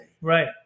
Right